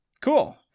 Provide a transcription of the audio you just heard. cool